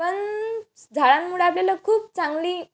पण झाडांमुळे आपल्याला खूप चांगली